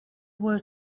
were